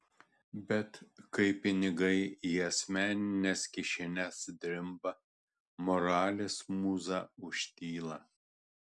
bet kai pinigai į asmenines kišenes drimba moralės mūza užtyla